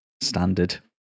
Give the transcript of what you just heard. standard